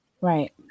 Right